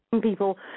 People